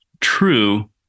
true